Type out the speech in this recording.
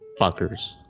fuckers